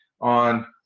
on